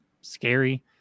scary